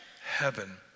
heaven